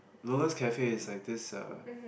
Lola's-Cafe is like this uh